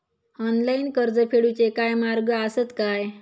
Online कर्ज फेडूचे काय मार्ग आसत काय?